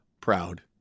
proud